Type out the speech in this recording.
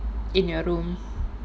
in your room